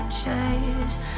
chase